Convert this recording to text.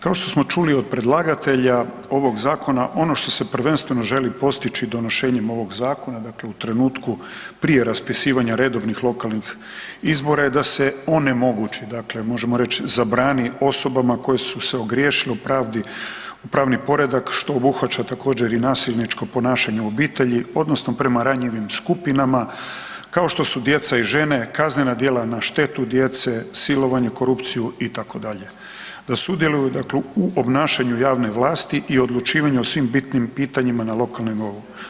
Kao što smo čuli od predlagatelja ovog zakona, ono što se prvenstveno želi postići donošenjem ovog zakona u trenutku prije raspisivanja redovnih lokalnih izbora je da se onemogući, možemo reći zabrani osobama koje su se ogriješile o pravdi u pravni poredak što obuhvaća također i nasilničko ponašanje u obitelji odnosno prema ranjivim skupinama kao što su djeca i žene, kaznena djela na štetu djece, silovanje, korupciju itd., da sudjeluju u obnašanju javne vlasti i odlučivanju o svim bitnim pitanjima na lokalnom nivou.